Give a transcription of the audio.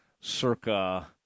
circa